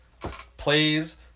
plays